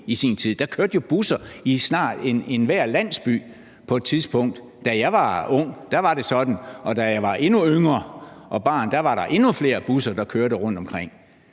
Der kørte jo busser i snart enhver landsby på et tidspunkt. Da jeg var ung, var det sådan. Og da jeg var endnu yngre og barn, var der endnu flere busser, der kørte rundtomkring.